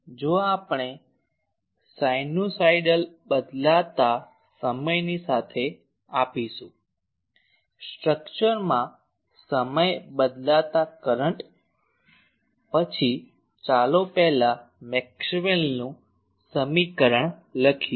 તેથી જો આપણે સાયનુસાઇડલ બદલાતા સમયની સાથે આપીશું સ્ટ્રક્ચરમાં સમય બદલાતા કરંટ પછી ચાલો પહેલા મેક્સવેલનું સમીકરણ લખીએ